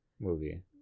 movie